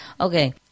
Okay